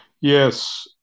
Yes